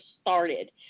started